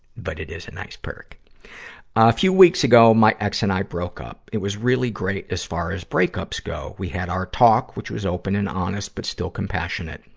but it is a nice perk. a few weeks ago, my ex and i broke up. it was really great as far as break-ups go. we had our talk, which was open and honest, but still compassionate.